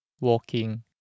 walking